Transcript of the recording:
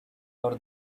over